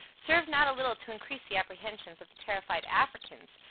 serve not a little to increase the apprehensions of the terrified africans,